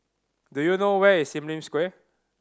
do you know where is Sim Lim Square